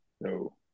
No